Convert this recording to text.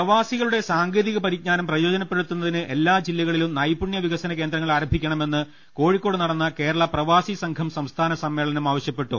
പ്രവാസികളുടെ സാങ്കേതിക പരിജ്ഞാനം പ്രയോജനപ്പെടുത്തുന്ന തിന് എല്ലാ ജില്ലകളിലും നൈപുണ്യ വികസന കേന്ദ്രങ്ങൾ ആരംഭിക്കണ മെന്ന് കോഴിക്കോട് നടന്ന കേരള പ്രവാസി സംഘം സംസ്ഥാന സമ്മേ ളനം ആവശ്യപ്പെട്ടു